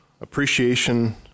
appreciation